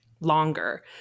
longer